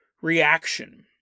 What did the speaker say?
reaction